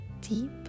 deep